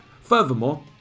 Furthermore